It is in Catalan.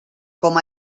com